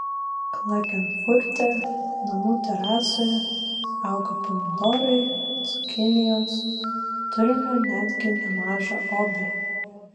klagenfurte namų terasoje auga pomidorai cukinijos turime netgi nemažą obelį